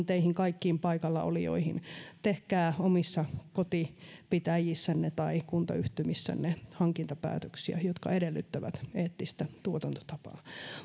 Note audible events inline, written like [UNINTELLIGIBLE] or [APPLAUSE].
[UNINTELLIGIBLE] teihin kaikkiin paikallaolijoihin tehkää omissa kotipitäjissänne tai kuntayhtymissänne hankintapäätöksiä jotka edellyttävät eettistä tuotantotapaa [UNINTELLIGIBLE] [UNINTELLIGIBLE] [UNINTELLIGIBLE] [UNINTELLIGIBLE]